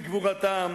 בגבורתם,